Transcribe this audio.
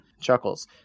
Chuckles